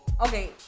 Okay